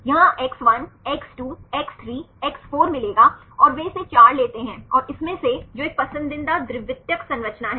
यहां X 1 X 2 X 3 X 4 मिलेगा और वे इसे 4 लेते हैं और इसमें से जो एक पसंदीदा द्वितीयक संरचना है